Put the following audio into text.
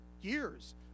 years